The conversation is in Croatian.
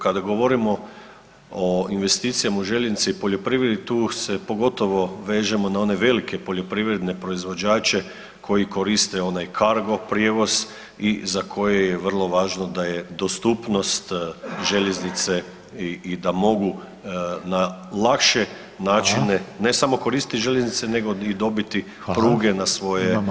Kada govorimo o investicijama u željeznici i poljoprivredi tu se pogotovo vežemo na one velike poljoprivredne proizvođače koji koriste onaj Cargo prijevoz i za koje je vrlo važno da je dostupnost željeznice i da mogu na lakše načine [[Upadica: Hvala.]] ne samo koristiti željeznice nego i dobiti [[Upadica: Hvala.]] pruge na svoje